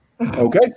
Okay